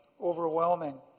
overwhelming